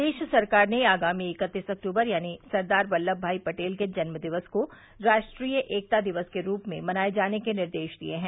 प्रदेश सरकार ने आगामी इकतीस अक्टूबर यानि सरदार वल्लभ भाई पटेल के जन्म दिन को राष्ट्रीय एकता दिवस के रूप में मनाये जाने के निर्देश दिये हैं